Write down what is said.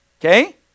Okay